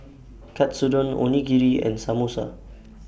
Katsudon Onigiri and Samosa